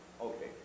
Okay